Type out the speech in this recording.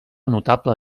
notable